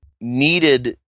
needed